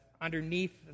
underneath